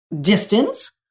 distance